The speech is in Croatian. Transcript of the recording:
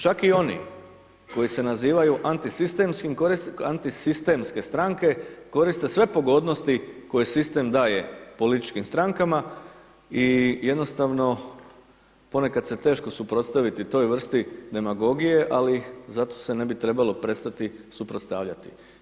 Čak i oni koji se nazivaju antisistemske stranke koriste sve pogodnosti koje sistem daje političkim strankama i jednostavno ponekad se teško suprotstaviti toj vrsti demagogije ali zato se ne bi trebalo prestati suprotstavljati.